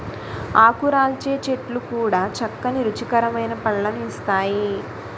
ఆకురాల్చే చెట్లు కూడా చక్కని రుచికరమైన పళ్ళను ఇస్తాయి